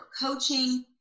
coaching